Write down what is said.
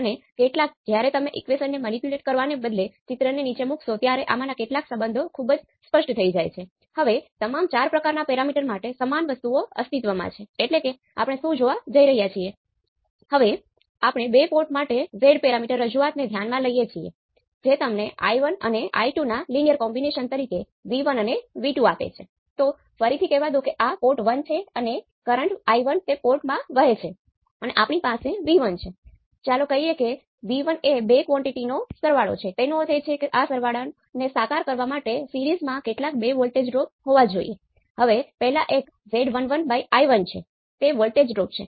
હવે જો તમે A0 ની મર્યાદાને ∞ સુધી લઈ જાઓ તો આપણે જોઈએ છીએ કે V0Vi કે જે સચોટ રીતે k11 kA0 k હોય છે